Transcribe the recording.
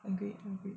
okay